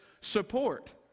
support